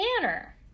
Banner